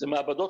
זה מעבדות,